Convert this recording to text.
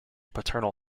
paternal